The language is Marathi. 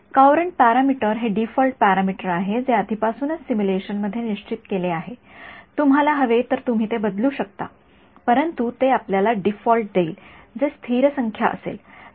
कॉऊरंट पॅरामीटर हे डिफॉल्ट पॅरामीटर आहे जे आधीपासूनच सिम्युलेशन मध्ये निश्चित केले आहे तुम्हाला हवे तर तुम्ही ते बदलू शकतात परंतु ते आपल्याला डीफॉल्ट देईल जे स्थिर संख्या असेल